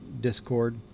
Discord